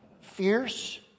fierce